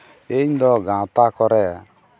ᱤᱧ ᱫᱚ ᱜᱟᱶᱛᱟ ᱠᱚᱨᱮ